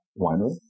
winery